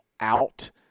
out